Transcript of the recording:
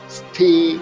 stay